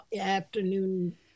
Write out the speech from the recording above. afternoon